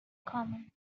common